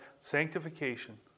sanctification